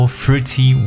fruity